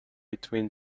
between